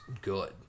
good